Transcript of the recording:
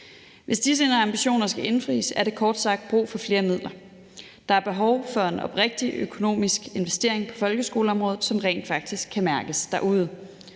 Hvis disse ambitioner skal indfries, er der kort sagt brug for flere midler. Der er behov for en oprigtig økonomisk investering på folkeskoleområdet, som rent faktisk kan mærkes derude.